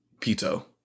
Pito